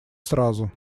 сразу